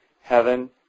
Heaven